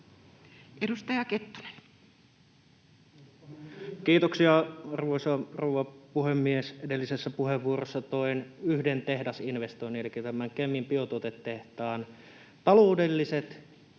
Edustaja Kettunen. Kiitoksia, arvoisa rouva puhemies! Edellisessä puheenvuorossa toin yhden tehdasinvestoinnin, elikkä tämän Kemin biotuotetehtaan, taloudelliset ja työllistävät